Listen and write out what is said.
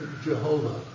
Jehovah